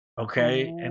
okay